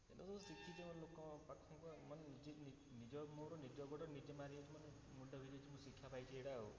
ଇଏତ ସବୁ ଶିକ୍ଷିତ ଲୋକଙ୍କ ପାଖକୁ ମାନେ ନିଜେ ନିଜ ମୁହଁରୁ ନିଜ ଗୋଡ଼ ନିଜେ ମାରି ହେଉଛ ମାନେ ମୁଣ୍ଡ ଘେରି ହେଉଛି ମୁଁ ଶିକ୍ଷା ପାଇଛି ଏଇଟା ଆଉ